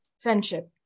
Friendship